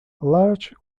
large